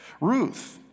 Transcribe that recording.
Ruth